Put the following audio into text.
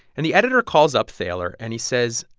and the editor calls up thaler and he says,